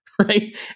Right